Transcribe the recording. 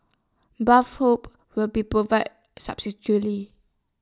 bathrobes will be provided